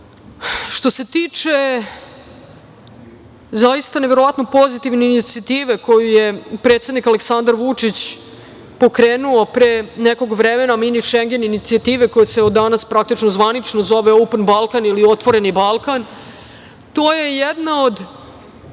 se tiče zaista neverovatno pozitivne inicijative koju je predsednik Aleksandar Vučić pokrenuo pre nekog vremena Mini Šengen inicijative koja se od danas, praktično zvanično zove „Open Balkan“ ili otvoreni Balkan, to je jedna od